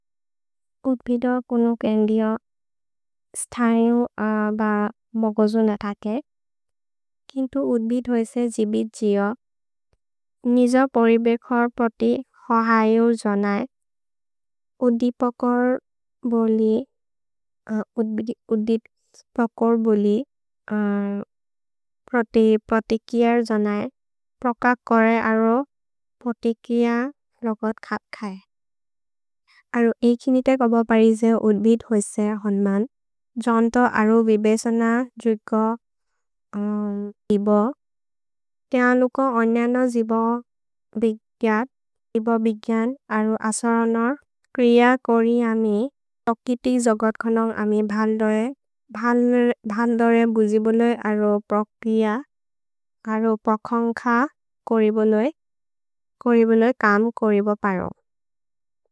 उत्बिद कोनु केन्दिअ स्थयु ब मगोजु न थके। किन्तु उत्बिद् होइसे जिबित् जिओ। निज परिबेखर् प्रति हहयु जनए, उद्दिपकर् बोलि, उद्दिपकर् बोलि, प्रति प्रतिकिअ जनए, प्रक करे अरो प्रतिकिअ लोगत् खप् खए। अरु इकिनिते कबपरिजे उत्बिद् होइसे होन्मन्, जन्त अरो विबेसन जुग इब। तेल लुक अन्यन जिब बिग्यन्, इब बिग्यन् अरो असरन। क्रिय करि अमे, तोकिति जोगत् खनम् अमे भल् दोरे, भल् दोरे बुजिबोले अरो प्रक्रिय, अरो प्रखन्ख करिबोले, करिबोले कम् कोरिबोपरो।